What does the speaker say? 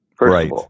Right